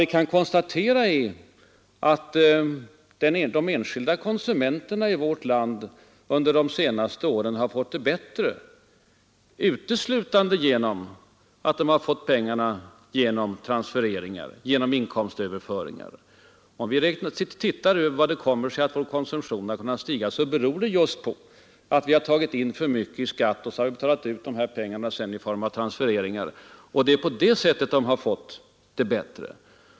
Vi kan konstatera att de enskilda konsumenterna i vårt land under de senaste åren har fått det bättre uteslutande genom att de har fått pengar genom transfereringar, genom inkomstöverföringar. Om vi undersöker hur det kommer sig att vår konsumtion har kunnat stiga, finner vi att det beror på just att vi har tagit in för mycket i skatt och sedan betalat ut pengarna igen i form av transfereringar. Det är bara på det sättet som folk har fått det bättre.